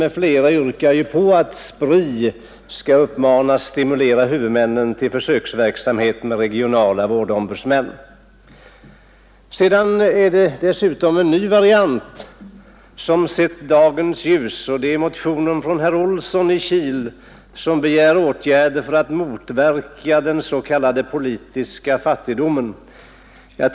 Dessutom har en ny variant sett dagens ljus. I en motion begär herr Olsson i Kil åtgärder för att motverka den s.k. politiska fattigdomen.